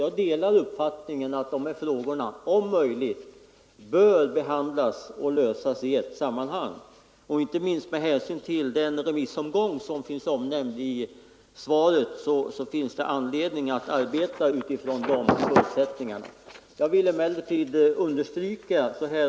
Jag delar uppfattningen att dessa frågor om möjligt bör behandlas och lösas i ett sammanhang. Inte minst med hänsyn till den remissomgång som nämns i svaret finns det anledning att arbeta utifrån de förutsättningarna. Herr talman!